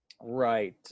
Right